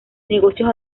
negocios